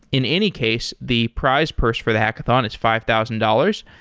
in any case, the prize purse for the hackathon is five thousand dollars,